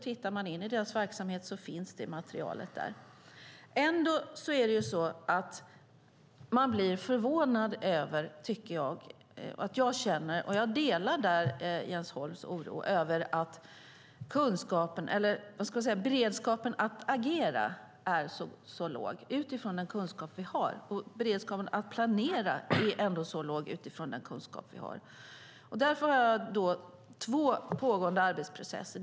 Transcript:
Tittar man in i deras verksamhet hittar man det materialet. Jag delar Jens Holms oro över att beredskapen att agera är så låg utifrån den kunskap vi har och att beredskapen att planera är så låg utifrån den kunskap vi har. Därför har jag två pågående arbetsprocesser.